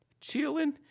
chilling